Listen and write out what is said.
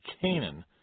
Canaan